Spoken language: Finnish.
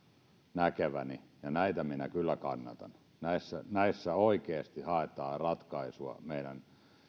näkeväni ja näitä minä kyllä kannatan näissä näissä oikeasti haetaan ratkaisua esimerkiksi meidän